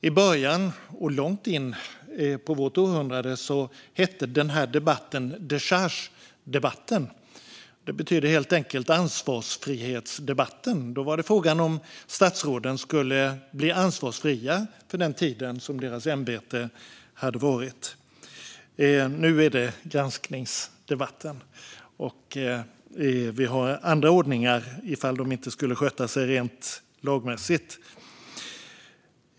I början, och långt in på vårt århundrade hette den här debatten dechargedebatten. Det betydde helt enkelt ansvarsfrihetsdebatten, och då var frågan om statsråden skulle bli ansvarsfria för den tid deras ämbete hade varat. Nu heter det granskningsdebatt, och vi har andra ordningar om statsråden inte skulle sköta sig rent lagmässigt.